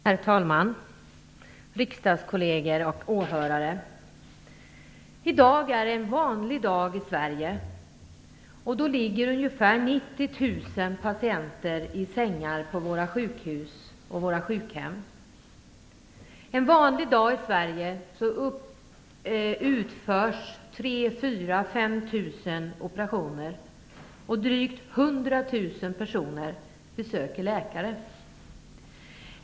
Herr talman! Riksdagskolleger och åhörare! I dag är det en vanlig dag i Sverige. Då ligger ungefär 90 000 patienter i sängar på våra sjukhus och våra sjukhem. En vanlig dag i Sverige utförs 3 000-5 000 operationer och drygt 100 000 personer besöker läkare.